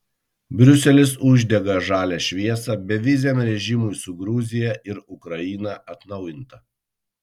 briuselis uždega žalią šviesą beviziam režimui su gruzija ir ukraina atnaujinta